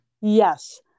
Yes